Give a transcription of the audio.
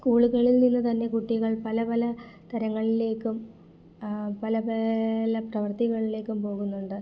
സ്കൂളുകളിൽ നിന്ന് തന്നെ കുട്ടികൾ പലപല തരങ്ങളിലേക്കും പല പല പ്രവർത്തികളിലേക്കും പോകുന്നുണ്ട്